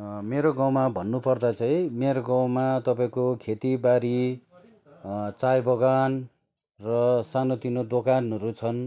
मेरो गाउँमा भन्नु पर्दा चाहिँ मेरो गाउँमा तपाईँको खेतीबारी चाय बगान र सानो तिनो दोकानहरू छन्